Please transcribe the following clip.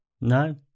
No